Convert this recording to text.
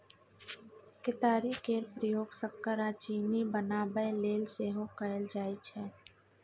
केतारी केर प्रयोग सक्कर आ चीनी बनाबय लेल सेहो कएल जाइ छै